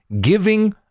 giving